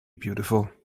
beautiful